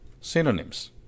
synonyms